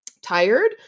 tired